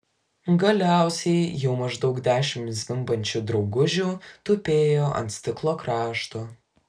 galiausiai jau maždaug dešimt zvimbiančių draugužių tupėjo ant stiklo krašto